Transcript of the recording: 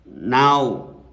now